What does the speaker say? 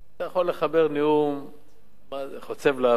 אתה יכול לחבר נאום חוצב להבות.